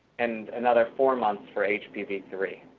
and another four months for h p v three.